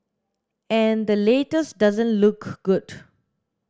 and the latest doesn't look good